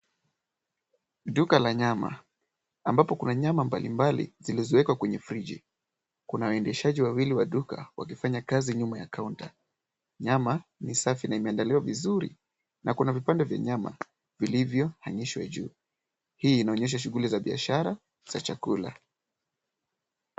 Duka la nyama ambapo kuna nyama mbalimbali zilizowekwa kwenye friji. Kuna waendeshaji wawili wa duka wakifanya kazi nyuma ya kaunta. Nyama ni safi na imeandaliwa vizuri na kuna vipande vya nyama vilivyohang'ishwa juu. Hii inaonyesha shughuli za biashara za chakula.